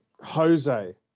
Jose